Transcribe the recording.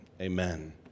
amen